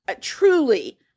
truly